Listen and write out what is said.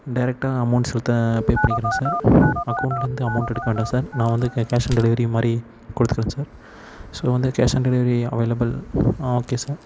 டேரேக்டாக amount செலுத்த pay பண்ணிக்கிறேன் sir அகௌண்ட்ல இருந்து அமௌண்ட் எடுக்க வேண்டாம் சார் நான் வந்து கே கேஷ் ஆன் டெலிவரி மாதிரி கொடுத்துட்றேன் சார் ஸோ வந்து கேஷ் ஆன் டெலிவரி அவேலபுல் ஆ ஓகே சார்